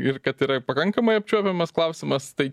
ir kad tai yra pakankamai apčiuopiamas klausimas tai